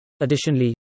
Additionally